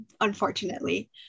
unfortunately